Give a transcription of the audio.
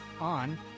on